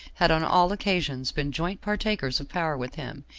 had on all occasions been joint partakers of power with him,